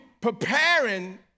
preparing